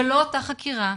זה לא אותה חקירה,